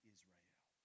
Israel